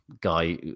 guy